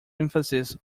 emphasis